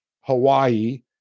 Hawaii